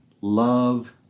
love